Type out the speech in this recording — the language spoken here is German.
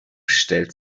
stellt